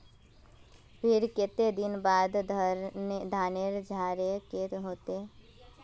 फिर केते दिन बाद धानेर झाड़े के होते?